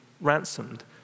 ransomed